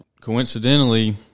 coincidentally